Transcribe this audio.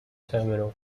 terminal